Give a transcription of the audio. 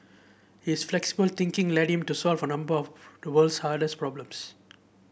his flexible thinking led him to solve a number of the world's hardest problems